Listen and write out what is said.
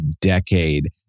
decade